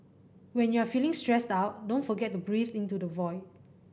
when you are feeling stressed out don't forget to breathe into the void